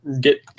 get